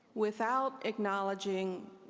without acknowledging